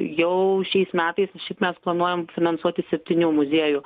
jau šiais metais iš vis mes planuojam finansuoti septynių muziejų